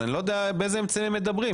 אני לא יודעת באיזה אמצעים הם מדברים.